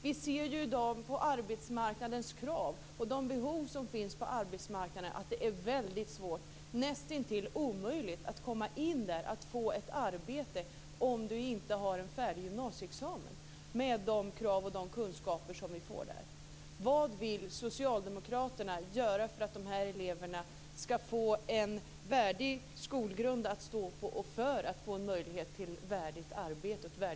Vi ser i dag på arbetsmarknadens krav och på de behov som finns på arbetsmarknaden att det är väldigt svårt - nästintill omöjligt - att komma in där och att få ett arbete om man inte har en färdig gymnasieexamen med de kunskaper som man får där.